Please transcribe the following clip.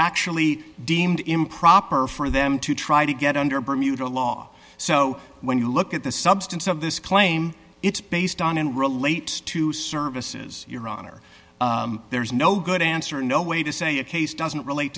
actually deemed improper for them to try to get under bermuda law so when you look at the substance of this claim it's based on and relate to services your honor there's no good answer no way to say a case doesn't relate